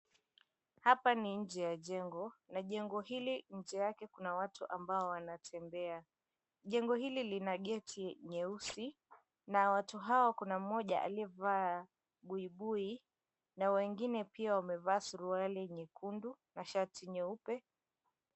Hapa ni nje ya jengo na jengo hili nje yake kuna watu ambao wanatembea. Jengo hili lina geti nyeusi na watu hao kuna mmoja aliyevaa buibui na wengine pia wamevaa suruali nyekundu na shati nyeupe.